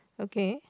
okay